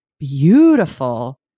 Beautiful